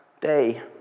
day